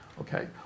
Okay